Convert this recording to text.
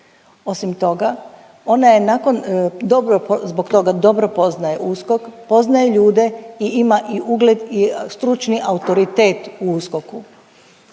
Osim toga ona je nakon dobro zbog toga poznaje USKOK, poznaje ljude i ima i ugled i stručni autoritet u USKOK-u.